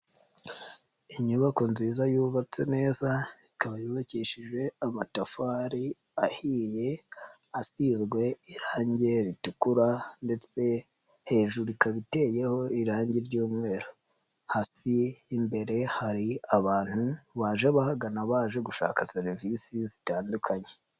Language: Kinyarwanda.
Inyubako nziza yubatse neza ikaba yubakishije amatafari ahiye asizwe irange ritukura ndetse hejuru ikaba iteyeho irange ry'umweru, hasi imbere hari abantu baje bahagana baje gushaka serivisi zitandukanye.